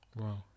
Wow